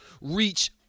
Reach